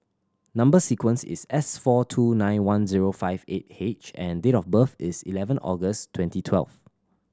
number sequence is S four two nine one zero five eight H and date of birth is eleven August twenty twelve